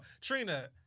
Trina